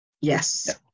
Yes